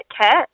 cat